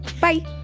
bye